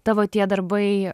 tavo tie darbai